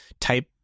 type